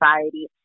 Society